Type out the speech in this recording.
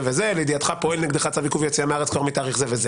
לידיעתך פועל נגדך צו עיכוב יציאה מהארץ כבר מתאריך זה.